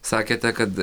sakėte kad